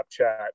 Snapchat